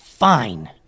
Fine